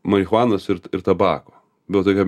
marihuanos ir ir tabako buvo tokia